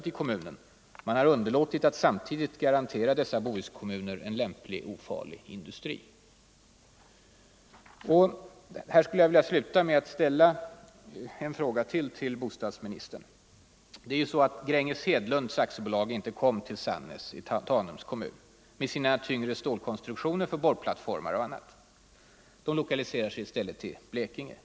29 november 1974 Man har underlåtit att samtidigt garantera dessa bohuskommuner en LL lämplig, ofarlig industri.” Ang. lokaliseringen Jag skulle vilja sluta med att ställa två frågor till bostadsministern. — av industri till Gränges Hedlund AB lokaliserade sig inte till Sannäs i Tanums kommun = Västkusten med sina tyngre stålkonstruktioner för borrplattformar och annat, utan i stället till Blekinge län.